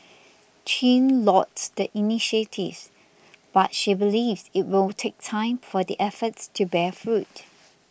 chin lauds the initiatives but she believes it will take time for the efforts to bear fruit